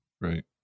Right